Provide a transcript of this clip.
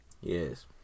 Yes